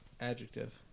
Adjective